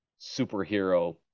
superhero